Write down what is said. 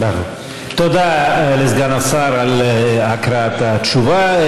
תודה לסגן השר על הקראת התשובה.